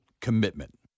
commitment